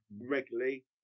regularly